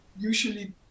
usually